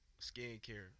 Skincare